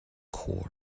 corps